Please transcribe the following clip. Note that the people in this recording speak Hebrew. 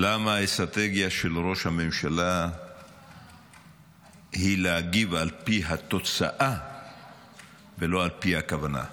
למה האסטרטגיה של ראש הממשלה היא להגיב על פי התוצאה ולא על פי הכוונה?